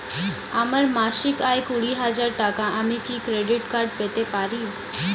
আমার মাসিক আয় কুড়ি হাজার টাকা আমি কি ক্রেডিট কার্ড পেতে পারি?